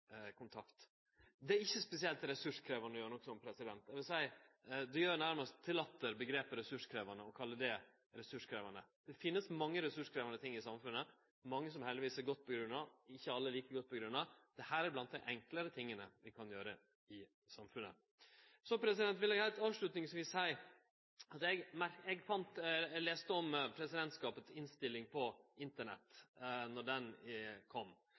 er ikkje spesielt ressurskrevjande å gjere noko slikt. Eg vil seie at det å kalle det for ressurskrevjande nærast gjer omgrepet ressurskrevjande til latter. Det finst mange ressurskrevjande ting i samfunnet, mange som heldigvis er godt grunngjevne, men ikkje alle er like godt grunngjevne. Dette er blant dei enklare tinga vi kan gjere i samfunnet. Så vil eg heilt avslutningsvis seie at eg las om presidentskapet si innstilling på Internett då ho kom. Eg